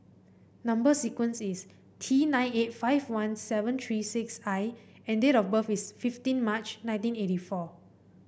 number sequence is T nine eight five one seven three six I and date of birth is fifteen March nineteen eighty four